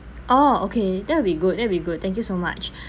orh okay that'll be good that'll be good thank you so much